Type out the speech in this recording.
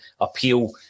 appeal